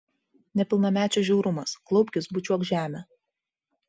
nepilnamečio žiaurumas klaupkis bučiuok žemę